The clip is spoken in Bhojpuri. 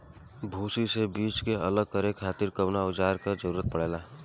भूसी से बीज के अलग करे खातिर कउना औजार क जरूरत पड़ेला?